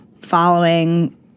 following